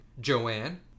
Joanne